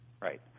Right